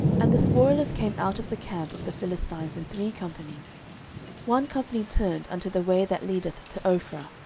and the spoilers came out of the camp of the philistines in three companies one company turned unto the way that leadeth to ophrah,